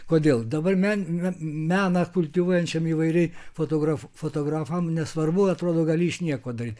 kodėl dabar men meną kultivuojančiam įvairiai fotografu fotografam nesvarbu atrodo iš nieko daryt